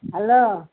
hello